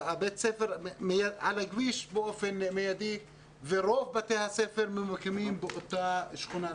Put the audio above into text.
בית הספר נמצא צמוד לכביש ורוב בתי הספר הערביים ממוקמים באותה שכונה.